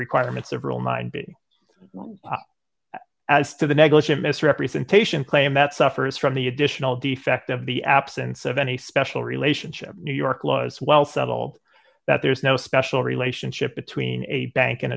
requirements of rule nine b as to the negligent misrepresentation claim that suffers from the additional defect of the absence of any special relationship new york laws well settled that there is no special relationship between a bank and